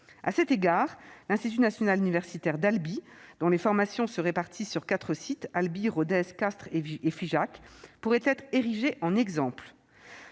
À cet égard, l'institut national universitaire d'Albi, dont les formations se répartissent sur quatre sites- Albi, Rodez, Castres et Figeac -, pourrait être érigé en exemple.